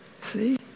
See